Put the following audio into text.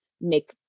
make